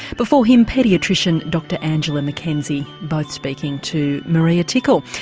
before him paediatrician dr angela mackenzie both speaking to maria tickle.